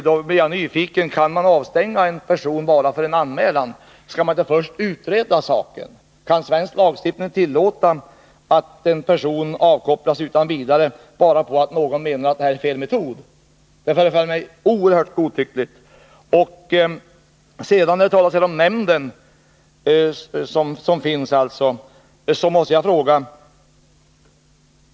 Jag blev nyfiken och undrade om man kan stänga av en person bara på grundval av en anmälan. Skall man inte först utreda saken? Kan svensk lagstiftning tillåta att en person avkopplas utan vidare bara därför att någon menar att han eller hon använder fel metod? Det förefaller mig oerhört godtyckligt. Vidare talas det i svaret om den s.k. ansvarsnämnden.